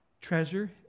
Treasure